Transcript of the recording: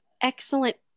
excellent